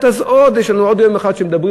אז יש לנו עוד יום אחד שמדברים,